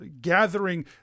gathering